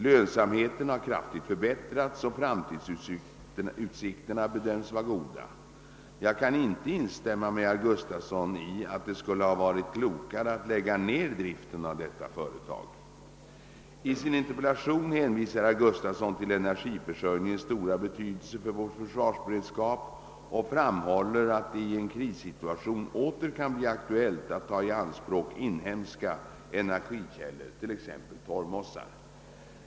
Lönsamheten har kraftigt förbättrats, och framtidsutsikterna bedöms vara goda. Jag kan inte instämma med herr Gustavsson i att det skulle ha varit klokare att lägga ned driften av detta företag. I sin interpellation hänvisar herr Gustavsson till energiförsörjningens stora betydelse för vår försvarsberedskap och framhåller, att det i en krissituation åter kan bli aktuellt att ta i anspråk inhemska energikällor, t.ex. torymossar.